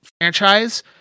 franchise